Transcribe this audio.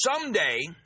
someday